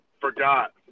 forgot